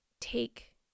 take